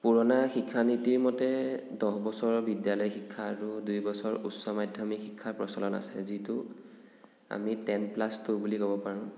পুৰণা শিক্ষানীতিৰ মতে দহ বছৰ বিদ্যালয় শিক্ষা আৰু দুই বছৰ উচ্চ মাধ্যমিক শিক্ষাৰ প্ৰচলন আছে যিটো আমি টেন প্লাচ টু বুলি ক'ব পাৰোঁ